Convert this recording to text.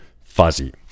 fuzzy